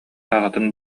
аҕатын